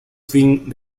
fin